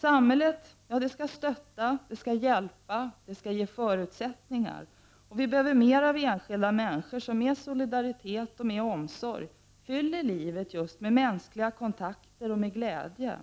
Samhället skall stötta, hjälpa och ge förutsättningar, men vi behöver mer av enskilda människor som med solidaritet och mer omsorg fyller livet just med mänskliga kontakter och glädje.